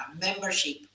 membership